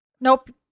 Nope